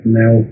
now